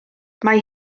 mae